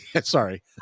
Sorry